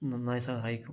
നന്നായി സഹായിക്കും